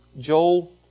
Joel